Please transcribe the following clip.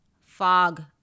Fog